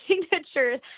signature